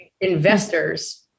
investors